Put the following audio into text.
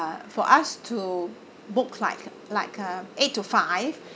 for us to book like like uh eight to five